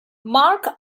mark